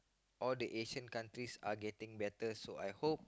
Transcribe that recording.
all the Asian countries are getting better so I hope